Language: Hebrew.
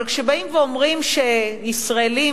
אבל כשבאים ואומרים שישראלים,